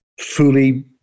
fully